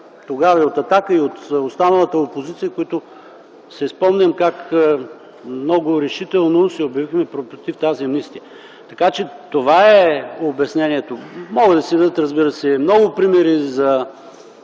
и от „Атака”, и от останалата опозиция - спомням си как много решително се обявихме против тази амнистия. Така че това е обяснението. Могат да се дадат, разбира се, много примери за